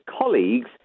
colleagues